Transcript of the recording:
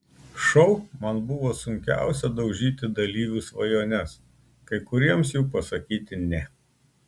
šou man buvo sunkiausia daužyti dalyvių svajones kai kuriems jų pasakyti ne